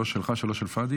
שלוש שלך, שלוש של פאדי?